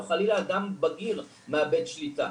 או חלילה אדם בגיר מאבד שליטה.